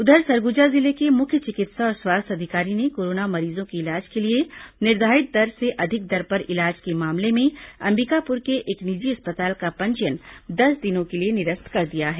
उधर सरगुजा जिले के मुख्य चिकित्सा और स्वास्थ्य अधिकारी ने कोरोना मरीजों के इलाज के लिए निर्धारित दर से अधिक दर पर इलाज के मामले में अंबिकापुर के एक निजी अस्पताल का पंजीयन दस दिनों के लिए निरस्त कर दिया है